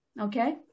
Okay